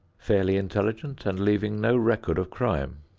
fairly intelligent and leaving no record of crime.